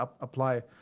apply